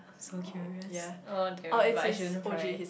so curious oh dear but I shouldn't pry